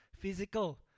physical